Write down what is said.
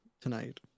tonight